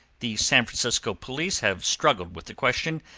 the san francisco police have struggled with the question,